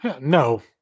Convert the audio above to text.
No